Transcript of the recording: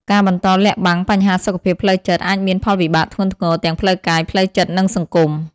ការបន្តលាក់បាំងបញ្ហាសុខភាពផ្លូវចិត្ត អាចមានផលវិបាកធ្ងន់ធ្ងរទាំងផ្លូវកាយ ផ្លូវចិត្ត និងសង្គម។